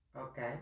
Okay